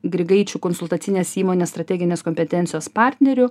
grigaičiu konsultacinės įmonės strateginės kompetencijos partneriu